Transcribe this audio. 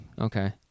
Okay